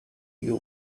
you